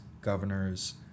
governors